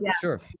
Sure